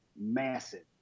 massive